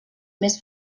més